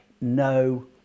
no